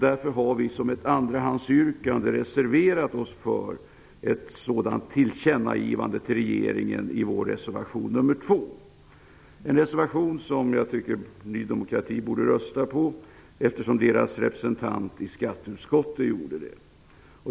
Därför har vi som ett andrahandsyrkande reserverat oss för ett sådant tillkännagivande till regeringen i vår reservation nr 2. Det är en reservation som jag tycker att Ny demokrati borde rösta för, eftersom Ny demokratis representant i skatteutskottet tyckte så.